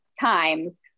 times